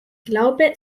glaube